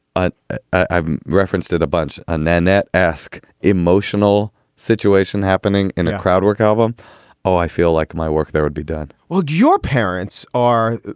ah ah i've referenced it a bunch, a nannette esq emotional situation happening in a crowd work album oh, i feel like my work that would be done. well, your parents are.